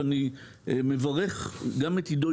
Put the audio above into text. אני מברך על זה גם את עידו,